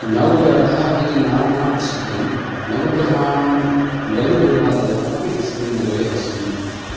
नव्गडः इति नाम्ना प्रसिद्धं नवग्रहाणां लधु देवालयः अपि अस्मिन् नगरे अस्ति